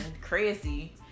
crazy